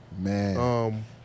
Man